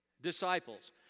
disciples